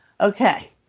Okay